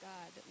God